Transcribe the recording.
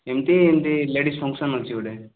ଏମିତି ଏମିତି ladies function ଅଛି ଗୋଟେ